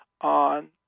on